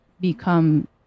become